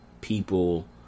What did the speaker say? people